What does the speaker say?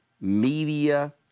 media